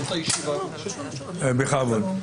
בכבוד.